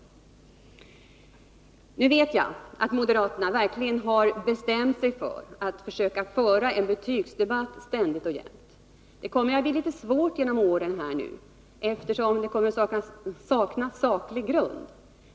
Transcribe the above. Jag vet att moderaterna verkligen har bestämt sig för att försöka föra en betygsdebatt ständigt och jämt. Det kommer att bli litet svårt de kommande åren, eftersom det saknas saklig grund.